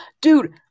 Dude